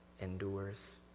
endures